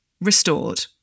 restored